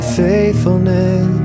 faithfulness